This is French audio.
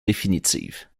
définitive